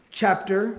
chapter